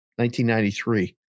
1993